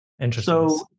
Interesting